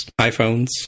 iPhones